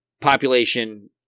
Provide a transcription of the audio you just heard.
population